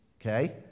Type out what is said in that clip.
okay